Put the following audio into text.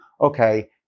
okay